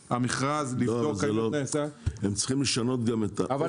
הם צריכים לשנות את אופי המכרז.